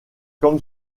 comme